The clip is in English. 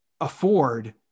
afford